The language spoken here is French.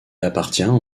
appartient